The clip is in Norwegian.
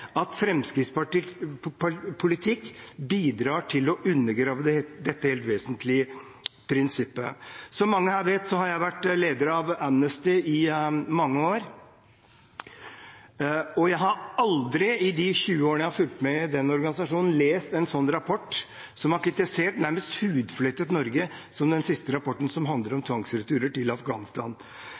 politikk bidrar til å undergrave dette helt vesentlige prinsippet. Som mange her vet, har jeg vært leder av Amnesty i mange år. Og jeg har aldri i de 20 årene jeg har fulgt med i den organisasjonen, lest en rapport som har kritisert – nærmest hudflettet – Norge slik som den siste rapporten, som handler om tvangsreturer til Afghanistan.